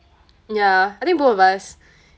ya I think both of us